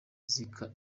zika